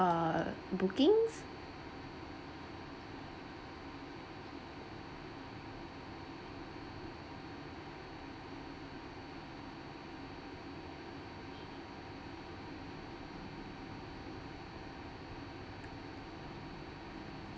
uh bookings